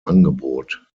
angebot